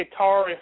guitarist